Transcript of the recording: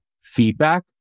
feedback